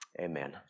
Amen